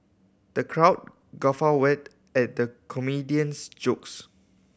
the crowd guffaw wed at the comedian's jokes